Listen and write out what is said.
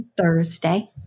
Thursday